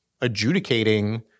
adjudicating